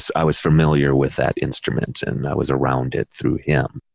so i was familiar with that instrument and i was around it through him.